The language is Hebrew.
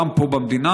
גם פה במדינה,